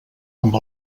amb